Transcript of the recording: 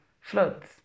floods